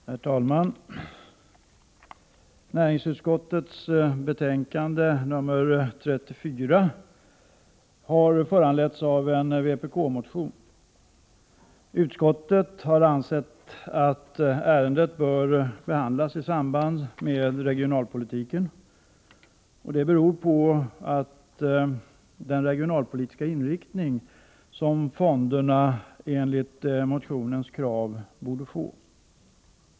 Herr talman! Näringsutskottets betänkande 34 har föranletts av en vpk-motion. Utskottet har ansett att ärendet bör behandlas i samband med regionalpolitiken därför att fonderna enligt motionens krav borde få en regionalpolitisk inriktning.